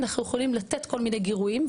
אנחנו יכולים לתת כל מיני גירויים,